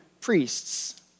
priests